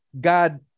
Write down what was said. God